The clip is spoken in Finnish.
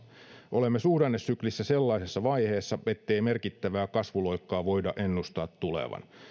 olemme suhdannesyklissä sellaisessa vaiheessa ettei merkittävää kasvuloikkaa voida ennustaa tulevan